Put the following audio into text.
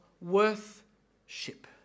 worth-ship